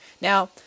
Now